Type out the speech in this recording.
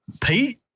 Pete